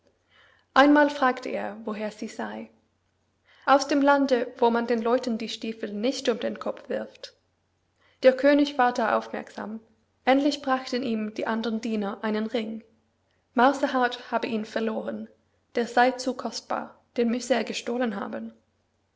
einmal fragte er woher sie sey aus dem lande wo man den leuten die stiefel nicht um den kopf wirft der könig ward da aufmerksam endlich brachten ihm die andern diener einen ring mausehaut habe ihn verloren der sey zu kostbar den müsse er gestohlen haben